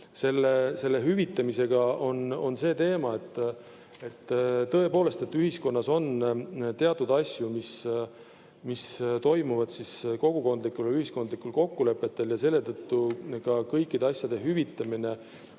Selle hüvitamisega on see teema, et tõepoolest on ühiskonnas teatud asju, mis toimuvad kogukondlikul või ühiskondlikul kokkuleppel ja selle tõttu ka kõikide asjade hüvitamine